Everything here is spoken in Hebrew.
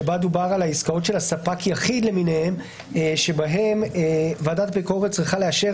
בה דובר על העסקאות של ספק יחיד שבהן ועדת ביקורת צריכה לאשר